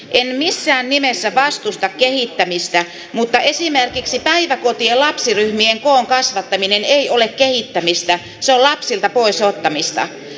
en missään nimessä vastusta kehittämistä mutta esimerkiksi päiväkotien lapsiryhmien koon kasvattaminen ei ole kehittämistä se on lapsilta pois ottamista